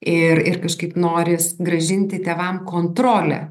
ir ir kažkaip noris grąžinti tėvam kontrolę